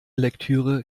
lektüre